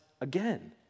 again